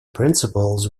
principles